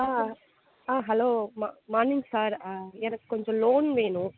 ஆ ஆ ஹலோ மா morning sir எனக்கு கொஞ்சம் லோன் வேணும்